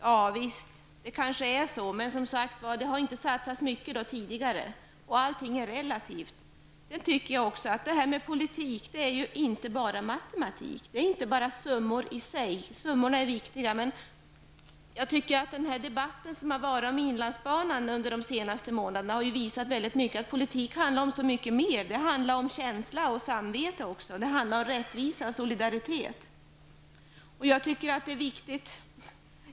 Javisst, det kanske är så, men det har som sagt, inte satsats så mycket tidigare, och allting är relativt. Detta med politik är inte bara matematik. Det är inte bara summor i sig. Summorna är viktiga, men jag tycker att debatten som varit om inlandsbanan under de senaste månaderna har i hög grad visat att politik till stor del handlar om så mycket mer. Det handlar om känsla och samvete också, om rättvisa och solidaritet. Jag tycker att det är viktigt.